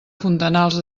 fontanals